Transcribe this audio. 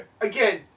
again